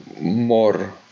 more